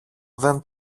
δεν